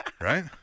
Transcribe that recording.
Right